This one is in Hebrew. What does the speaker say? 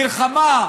מלחמה,